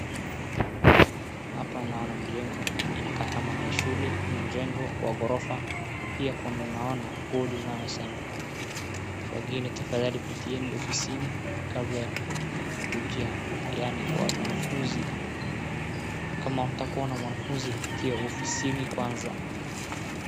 Hapa naona mjengo inakaa kama ya shule ni mjengo wa ghorofa pia naon wood inayosema wageni tafadhali pitieni ofisini kabla ya kuja hapa yaani kama untaka kuona mwanafunzi pitia ofisini kwanza.